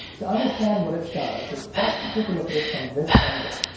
to understand what it does, it's best to take a look at it from this angle.